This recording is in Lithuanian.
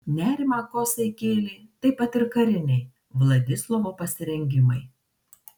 nerimą kosai kėlė taip pat ir kariniai vladislovo pasirengimai